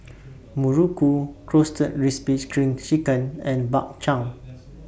Muruku Roasted Crispy SPRING Chicken and Bak Chang